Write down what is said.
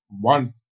one